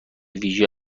ویژه